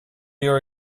your